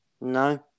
No